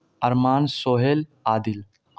ارمان Suhail عادل